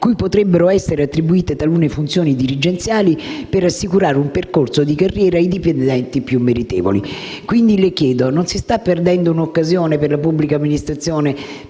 cui potrebbero essere attribuite talune funzioni dirigenziali per assicurare un percorso di carriera ai dipendenti più meritevoli. Le chiedo quindi se non si stia perdendo un'occasione, per la pubblica amministrazione,